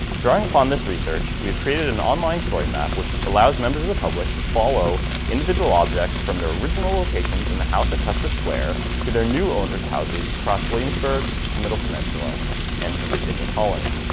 drawing upon this research, we've created an online story map, which allows members of the public to follow individual objects from their original locations in the house at custis square to their new owners houses across williamsburg, middle peninsula and the virginia colony.